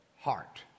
heart